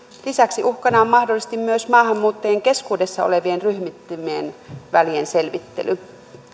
lisäksi uhkana on mahdollisesti myös maahanmuuttajien keskuudessa olevien ryhmittymien välienselvittely